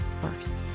first